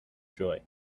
joy